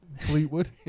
Fleetwood